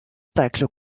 tacles